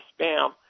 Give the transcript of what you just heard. spam